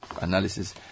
analysis